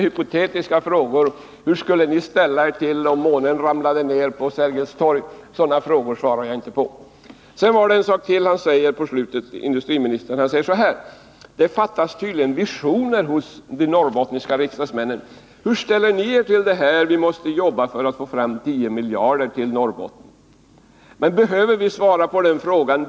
Hypotetiska frågor, t.ex. hur vi skulle ställa oss om månen ramlade ned på Sergels torg, svarar jag inte på: Sedan sade industriministern: Det fattas tydligen visioner hos de norrbottniska riksdagsmännen. Hur ställer ni er till det här — att vi måste jobba för att få fram 10 miljarder till Norrbotten? Men behöver vi svara på den frågan?